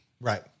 Right